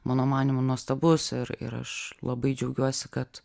mano manymu nuostabus ir ir aš labai džiaugiuosi kad